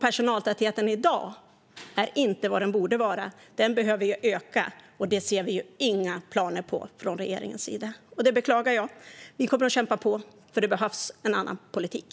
Personaltätheten i dag är inte vad den borde vara. Den behöver öka, men det ser vi inga planer på från regeringens sida. Det beklagar jag. Vi kommer att kämpa på, för det behövs en annan politik.